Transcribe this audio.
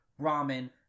ramen